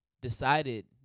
decided